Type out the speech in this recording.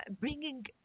bringing